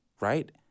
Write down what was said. right